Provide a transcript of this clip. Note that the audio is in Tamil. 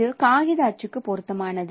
இது காகித அச்சுக்கு பொருத்தமானது